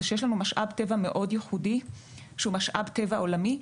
זה שיש לנו משאב טבע מאוד ייחודי שהוא משאב טבע עולמי.